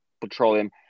Petroleum